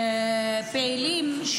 פעילים,